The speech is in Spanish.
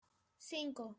cinco